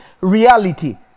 reality